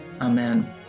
Amen